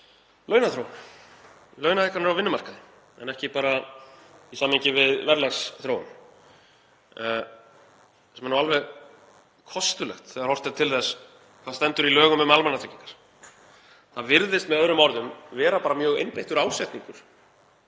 launaþróun, launahækkanir á vinnumarkaði, en ekki bara í samhengi við verðlagsþróun. Það er alveg kostulegt þegar horft er til þess hvað stendur í lögum um almannatryggingar. Það virðist með öðrum orðum vera bara mjög einbeittur ásetningur